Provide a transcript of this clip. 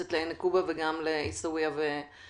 שמתייחסת לעין נקובה וגם זו שמתייחסת לעיסאוויה וולג'ה?